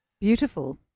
Beautiful